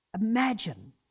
Imagine